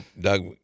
Doug